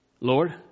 Lord